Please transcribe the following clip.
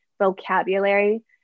vocabulary